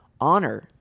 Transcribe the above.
honor